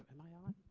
and my on.